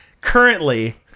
currently